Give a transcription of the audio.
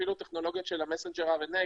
אפילו טכנולוגיות של ה-messenger רנ"א,